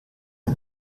ein